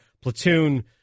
Platoon